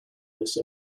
this